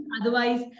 otherwise